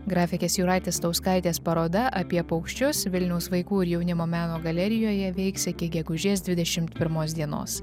grafikės jūratės stauskaitės paroda apie paukščius vilniaus vaikų ir jaunimo meno galerijoje veiks iki gegužės dvidešimt pirmos dienos